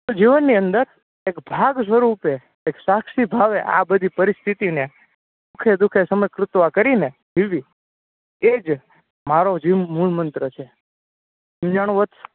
તો જીવનની અંદર એક ભાગ સ્વરૂપે એક સાક્ષી ભાવે આ બધી પરિસ્થિતિને દુઃખે દુઃખે સમકૃતવા કરીને જીવી એ જ મારો જીવ મૂળ મંત્ર છે સમઝાણું વત્સ